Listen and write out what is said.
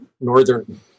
northern